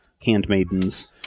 Handmaidens